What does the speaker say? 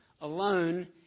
alone